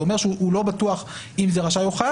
זה אומר שהוא לא בטוח אם זה רשאי או חייב